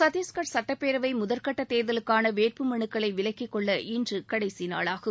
சத்தீஷ்கட் சட்டப்பேரவை தேர்தலின் முதற் கட்ட தேர்தலுக்கான வேட்பு மலுக்களை விலக்கிக்கொள்ள இன்று கடைசி நாளாகும்